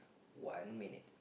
one minute